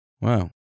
Wow